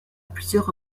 plusieurs